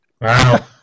Wow